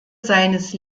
seines